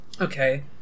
okay